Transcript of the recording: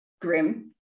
grim